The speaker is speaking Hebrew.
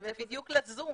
זה בדיוק לזום.